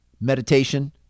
meditation